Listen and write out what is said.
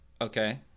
Okay